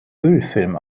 ölfilm